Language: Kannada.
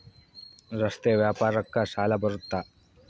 ರಸ್ತೆ ವ್ಯಾಪಾರಕ್ಕ ಸಾಲ ಬರುತ್ತಾ?